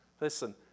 Listen